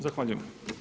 Zahvaljujem.